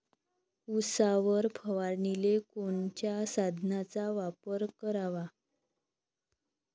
उसावर फवारनीले कोनच्या साधनाचा वापर कराव?